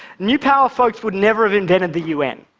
new power folks would never have invented the u n.